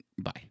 Bye